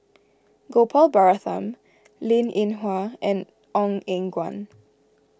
Gopal Baratham Linn in Hua and Ong Eng Guan